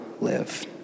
live